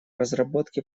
разработке